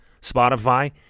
Spotify